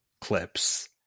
clips